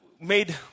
made